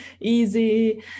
easy